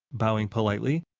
bowing politely.